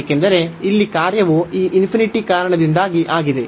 ಏಕೆಂದರೆ ಇಲ್ಲಿ ಕಾರ್ಯವು ಈ ಕಾರಣದಿಂದಾಗಿ ಆಗಿದೆ